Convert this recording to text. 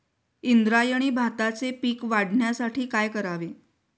इंद्रायणी भाताचे पीक वाढण्यासाठी काय करावे?